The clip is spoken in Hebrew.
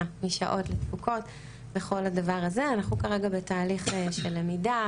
משעות לתפוקות וכל הדבר הזה אנחנו כרגע בתהליך של למידה,